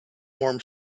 warm